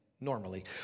Normally